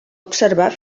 observar